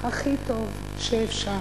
הכי טוב שאפשר.